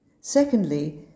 Secondly